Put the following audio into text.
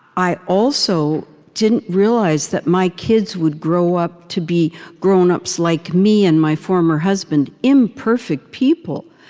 i also didn't realize that my kids would grow up to be grown-ups like me and my former husband, imperfect people.